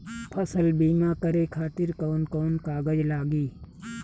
फसल बीमा करे खातिर कवन कवन कागज लागी?